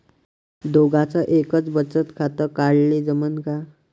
दोघाच एकच बचत खातं काढाले जमनं का?